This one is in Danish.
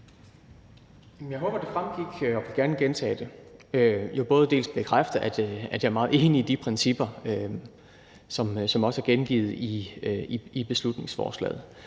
jeg håber, det fremgik – jeg vil gerne gentage det og bekræfte det – at jeg er meget enig i de principper, som også er gengivet i beslutningsforslaget.